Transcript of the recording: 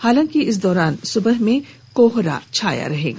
हालांकि इस दौरान सुबह में कोहरा छाई रहेगी